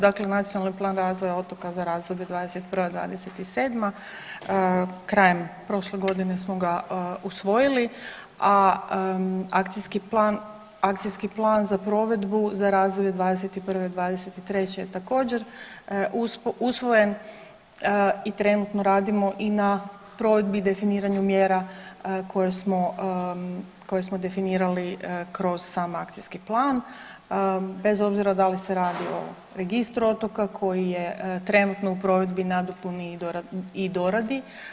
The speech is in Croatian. Dakle, Nacionalni plan razvoja otoka za razdoblje '21.-27., krajem prošle godine smo ga usvojili, a akcijski plan, akcijski plan za provedbu za razdoblje od '21. do '23. je također usvojen i trenutno radimo i na provedbi i definiranju mjera koje smo, koje smo definirali kroz sam akcijski plan bez obzira da li se radi o registru otoka koji je trenutno u provedbi, nadopuni i doradi.